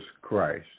Christ